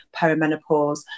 perimenopause